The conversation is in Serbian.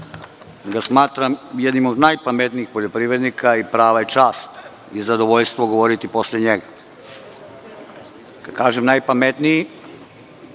ga smatram jednim od najpametnijih poljoprivrednika i prava je čast i zadovoljstvo govoriti posle njega. Kada kažem najpametniji,